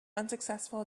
unsuccessful